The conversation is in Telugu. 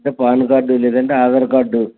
ఉంటే పాన్ కార్డు లేకపోతే ఆధార్ కార్డు